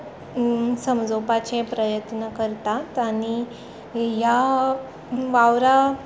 समजोवपाचें प्रयत्न करता आनी ह्या वावरा